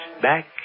back